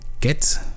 get